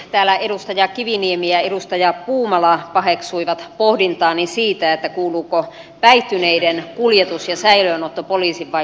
täällä edustaja kiviniemi ja edustaja puumala paheksuivat pohdintaani siitä kuuluuko päihtyneiden kuljetus ja säilöönotto poliisin vai kuntien vastuulle